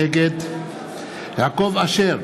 נגד יעקב אשר,